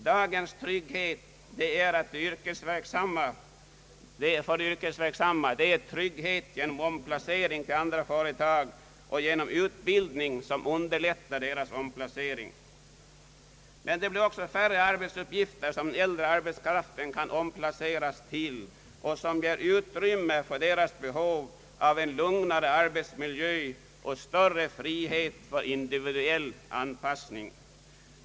Dagens trygghet för de yrkesverksamma är trygghet genom omplacering till andra företag och genom utbildning som underlättar deras omplacering. Men det blir också färre arbetsuppgifter som den äldre arbetskraften kan omplaceras till och som ger utrymme för deras behov av en lugnare arbetsmiljö och större frihet för individuell anpassning.